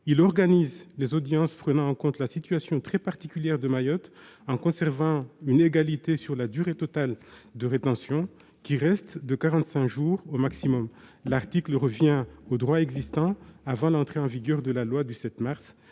Il organise les audiences, prenant en compte la situation très particulière de Mayotte, en conservant une égalité sur la durée totale de rétention, qui reste de quarante-cinq jours au maximum. L'article revient au droit existant avant l'entrée en vigueur de la loi du 7 mars.